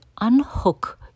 unhook